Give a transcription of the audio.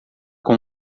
com